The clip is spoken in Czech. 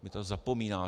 Vy to zapomínáte.